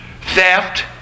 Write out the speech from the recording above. theft